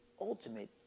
ultimate